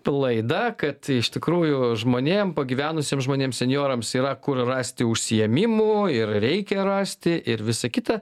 laidą kad iš tikrųjų žmonėm pagyvenusiem žmonėm senjorams yra kur rasti užsiėmimų ir reikia rasti ir visa kita